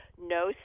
no